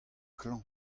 klañv